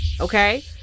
Okay